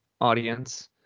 audience